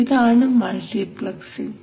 ഇതാണ് മൾട്ടിപ്ലക്സിംഗ്